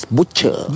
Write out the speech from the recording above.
Butcher